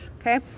okay